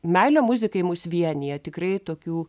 meilė muzikai mus vienija tikrai tokių